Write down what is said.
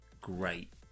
great